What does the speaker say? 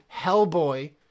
Hellboy